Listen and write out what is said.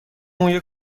موی